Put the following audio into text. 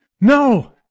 No